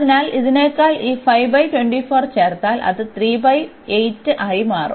അതിനാൽ ഇതിനെക്കാൾ ഈ ചേർത്താൽ അത് ആയി മാറും